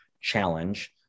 challenge